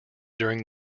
during